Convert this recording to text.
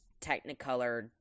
Technicolor